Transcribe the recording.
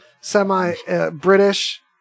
semi-British